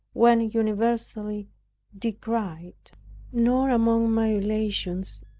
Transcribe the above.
when universally decried nor among my relations,